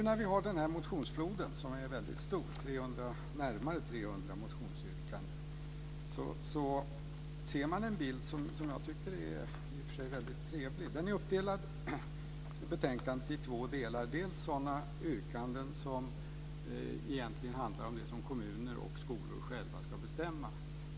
När vi nu har den här motionsfloden, som är väldigt stor, närmare 300 motionsyrkanden, ser man en bild som jag tycker i och för sig är väldigt trevlig. Yrkandena är i betänkandet uppdelade i två delar. Den ena delen innehåller sådana yrkanden som egentligen handlar om det som kommuner och skolor själva ska bestämma.